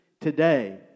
today